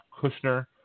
Kushner